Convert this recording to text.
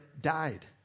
died